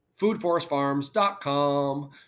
foodforestfarms.com